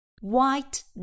White